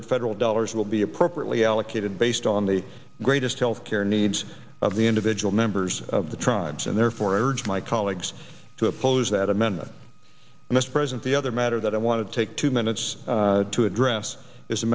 that federal dollars will be appropriately allocated based on the greatest health care needs of the individual members of the tribes and therefore i urge my colleagues to oppose that amendment mr president the other matter that i want to take two minutes to address is a